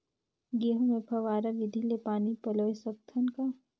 गहूं मे फव्वारा विधि ले पानी पलोय सकत हन का?